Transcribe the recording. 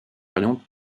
variantes